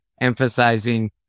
emphasizing